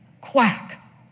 quack